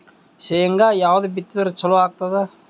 ಶೇಂಗಾ ಯಾವದ್ ಬಿತ್ತಿದರ ಚಲೋ ಆಗತದ?